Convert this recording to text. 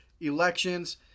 elections